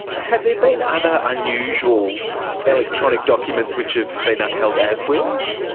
have there been other unusual electronic documents which have been upheld as wills?